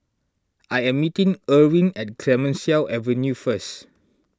I am meeting Irwin at Clemenceau Avenue first